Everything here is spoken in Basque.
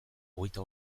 hogeita